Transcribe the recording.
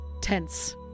tense